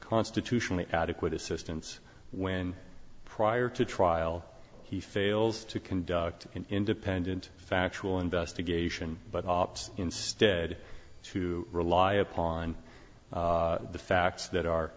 constitutionally adequate assistance when prior to trial he fails to conduct an independent factual investigation but opts instead to rely upon the facts that